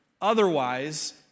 Otherwise